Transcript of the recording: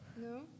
No